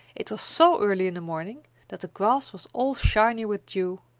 it was so early in the morning that the grass was all shiny with dew.